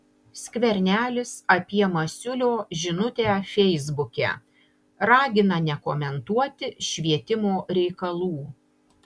skvernelis apie masiulio žinutę feisbuke ragina nekomentuoti švietimo reikalų